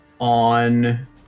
on